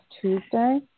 Tuesday